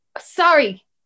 sorry